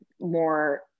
more